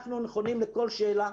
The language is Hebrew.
אנחנו נכונים לכל שאלה.